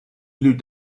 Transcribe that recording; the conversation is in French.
plus